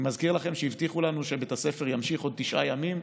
אני מזכיר לכם שהבטיחו לנו שבית הספר ימשיך עוד תשעה ימים.